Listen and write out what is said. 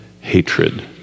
hatred